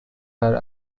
her